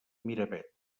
miravet